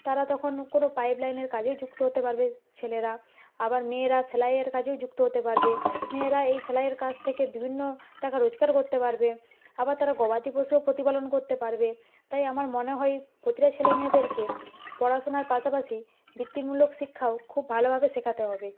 তারা তখন কোনো পাইপ লাইনের কাজেও যুক্ত হতে পারবে ছেলেরা আবার মেয়েরা সেলাইয়ের কাজেও যুক্ত হতে পারবে মেয়েরা এই সেলাইয়ের কাজ থেকে বিভিন্ন টাকা রোজগার করতে পারবে আবার তারা গবাদি পশুও প্রতিপালন করতে পারবে তাই আমার মনে হয় পোতিটা ছেলে মেয়েদেরকে পড়াশোনার পাশাপাশি বিত্তিমূলক শিক্ষাও খুব ভালোভাবে শেখাতে হবে